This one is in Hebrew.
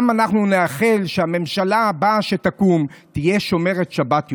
גם אנחנו נאחל שהממשלה הבאה שתקום תהיה שומרת שבת יותר.